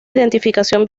identificación